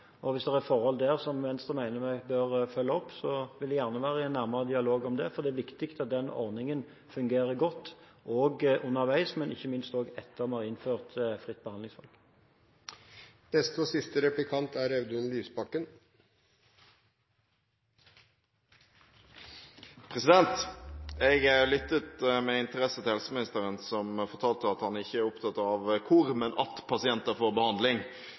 og hvis det er forhold ved det som Venstre mener vi bør følge opp, vil jeg gjerne være i nærmere dialog om det. Det er viktig at den ordningen fungerer godt underveis, men ikke minst også etter at vi har innført fritt behandlingsvalg. Jeg lyttet med interesse til helseministeren, som fortalte at han ikke er opptatt av hvor, men at pasienter får behandling.